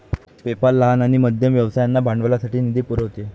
PayPal लहान आणि मध्यम व्यवसायांना भांडवलासाठी निधी पुरवते